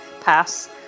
Pass